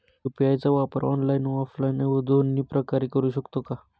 UPI चा वापर online व ऑफलाईन दोन्ही प्रकारे करु शकतो का?